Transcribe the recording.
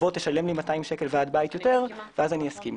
תשלם לי 200 שקל ועד בית יותר ואז אסכים.